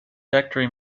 factory